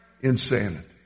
insanity